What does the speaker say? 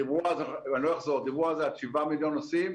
דיברו אז על שבעה מיליון נוסעים,